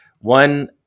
one